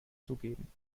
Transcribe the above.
zugeben